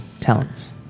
talents